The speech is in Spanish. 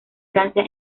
francia